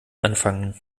anfangen